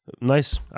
nice